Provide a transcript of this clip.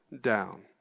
down